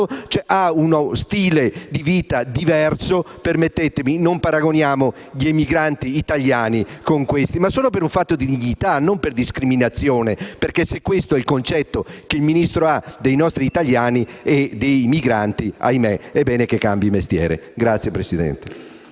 hanno uno stile di vita diverso. Permettetemi: non paragoniamo gli emigranti italiani con questi migranti solo per un fatto di dignità e non per discriminazione. Se questo è il concetto che il Ministro ha dei nostri italiani e dei migranti, ahimè, è bene che cambi mestiere.